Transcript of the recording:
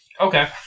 Okay